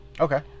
okay